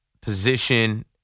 position